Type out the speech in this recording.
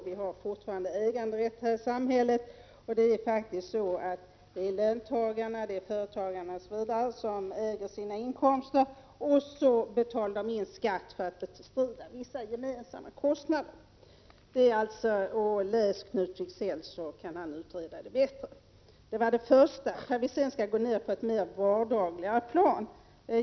Vi har fortfarande äganderätt här i samhället, och det är löntagarna, företagarna osv. som äger sina inkomster och sedan betalar skatt för att bestrida gemensamma kostnader. Läs Knut Wicksell — han har förklarat detta bättre. Sedan skall vi gå ned på ett mer vardagligt plan.